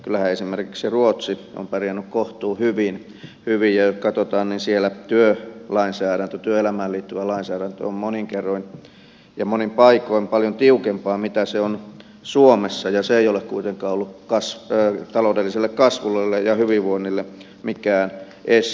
kyllähän esimerkiksi ruotsi on pärjännyt kohtuuhyvin ja jos katsotaan niin siellä työelämään liittyvä lainsäädäntö on monin kerroin ja monin paikoin paljon tiukempaa kuin mitä se on suomessa ja se ei ole kuitenkaan ollut taloudelliselle kasvulle ja hyvinvoinnille mikään este